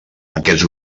aquests